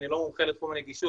אני לא מומחה לתחום רגישות,